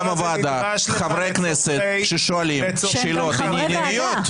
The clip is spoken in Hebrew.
הוועדה חברי כנסת ששואלים שאלות ענייניות?